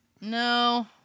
No